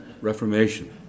Reformation